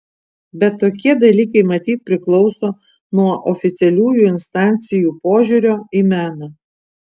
bet tokie dalykai matyt priklauso nuo oficialiųjų instancijų požiūrio į meną